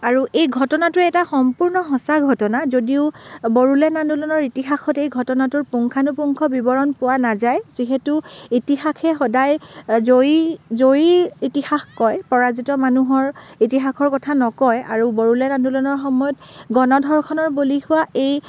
আৰু এই ঘটনাটোৰ এটা সম্পূৰ্ণ সঁচা ঘটনা যদিও বড়োলেণ্ড আন্দোলনৰ ইতিহাসত এই ঘটনাটোৰ পুংখানুপুংখ বিৱৰণ পোৱা নাযায় যিহেতু ইতিহাসে সদায় জয়ী জয়ীৰ ইতিহাস কয় পৰাজিত মানুহৰ ইতিহাসৰ কথা নকয় আৰু বড়োলেণ্ড আন্দোলনৰ সময়ত গণধৰ্ষণৰ বলি হোৱা এই